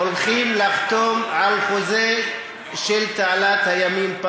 לחתום על חוזה של תעלת הימים,